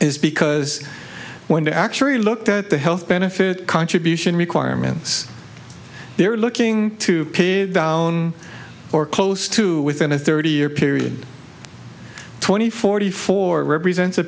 s because when they actually looked at the health benefit contribution requirements they're looking to pay down or close to within a thirty year period twenty forty four represents a